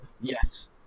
yes